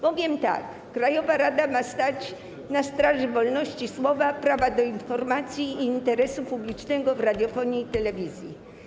Powiem tak: krajowa rada ma stać na straży wolności słowa, prawa do informacji i interesu publicznego radiofonii i telewizji.